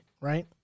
Right